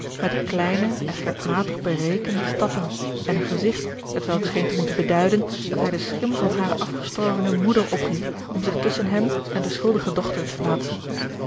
met kleine effectmatig berekende stappen en een gezigt hetwelk scheen te moeten beduiden dat hij de schim van hare afgestorvene moeder opriep om zich tusschen hem en de schuldige dochter te plaatsen